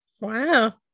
Wow